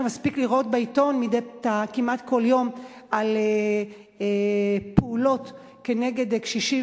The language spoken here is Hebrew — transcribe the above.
מספיק לראות בעיתון כמעט כל יום על פעולות נגד קשישים,